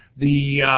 the